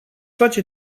face